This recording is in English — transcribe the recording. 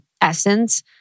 essence